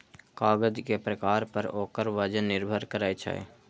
कागज के प्रकार पर ओकर वजन निर्भर करै छै